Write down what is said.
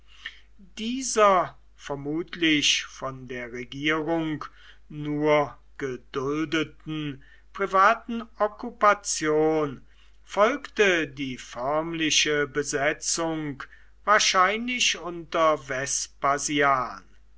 dieser vermutlich von der regierung nur geduldeten privaten okkupation folgte die förmliche besetzung wahrscheinlich unter